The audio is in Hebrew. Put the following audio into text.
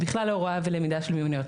בכלל להוראה ולמידה של מיומנויות,